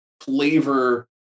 flavor